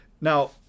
Now